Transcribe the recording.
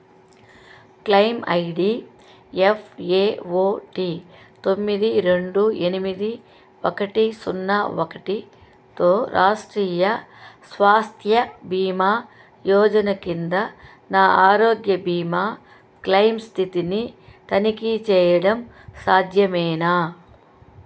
claim ID F A O T తొమ్మిది రెండు ఎనిమిది ఒకటి సున్నా ఒకటితో రాష్ట్రీయ స్వాస్థ్య భీమా యోజన కింద నా ఆరోగ్య బీమా క్లెయిమ్ స్థితిని తనిఖీ చేయడం సాధ్యమేనా